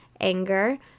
anger